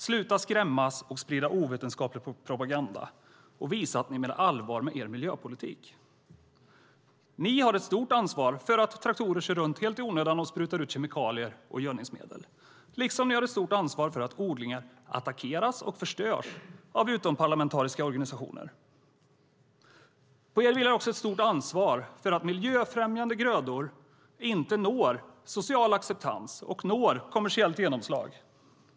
Sluta skrämmas och sprida ovetenskaplig propaganda, och visa att ni menar allvar med er miljöpolitik! Ni har ett stort ansvar för att traktorer kör runt helt i onödan och sprutar ut kemikalier och gödningsmedel, liksom ni har ett stort ansvar för att odlingar attackeras och förstörs av utomparlamentariska organisationer. På er vilar också ett stort ansvar för att miljöfrämjande grödor inte når social acceptans och inte når kommersiellt genomslag.